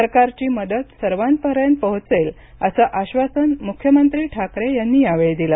सरकारची मदत सर्वांपर्यंत पोहोचेल असं आश्वासन मुख्यमंत्री ठाकरे यांनी यावेळी दिलं